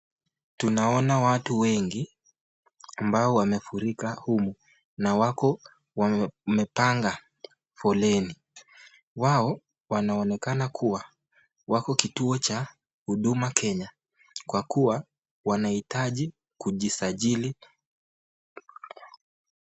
Tunaona watu wengi ambao wamefurika humu na wako wamepanga foleni. Wao wanaonekana kuwa wako kituo cha Huduma Kenya kwa kuwa wanaitaji kujisajili.